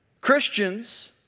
Christians